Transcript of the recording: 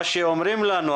מה שאומרים לנו,